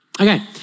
Okay